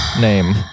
name